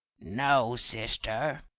no, sister.